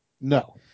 No